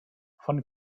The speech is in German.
von